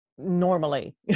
Normally